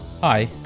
Hi